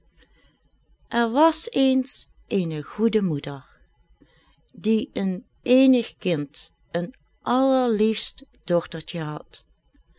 er was eens eene goede moeder die een eenig kind een allerliefst dochtertje had